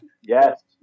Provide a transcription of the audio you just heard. yes